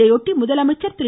இதையொட்டி முதலமைச்சர் திரு